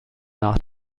nach